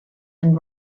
and